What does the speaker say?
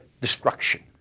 Destruction